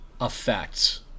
effects